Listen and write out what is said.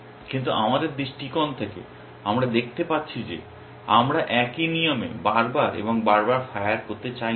কিন্তু আমাদের দৃষ্টিকোণ থেকে আমরা দেখতে পাচ্ছি যে আমরা একই নিয়মে বারবার এবং বারবার ফায়ার করতে চাই না